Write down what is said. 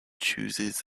chooses